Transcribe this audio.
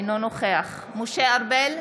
אינו נוכח משה ארבל,